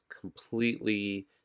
completely